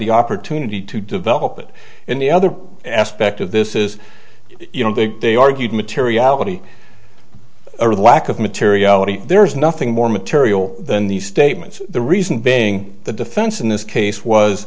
the opportunity to develop it in the other aspect of this is you know they they argued materiality or the lack of materiality there is nothing more material than these statements the reason being the defense in this case was